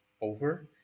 over